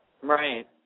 Right